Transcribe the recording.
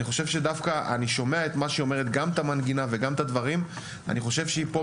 אני חושב שדווקא כשאני שומע את המנגינה ואת הדברים שהיא אומרת,